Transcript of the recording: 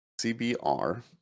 CBR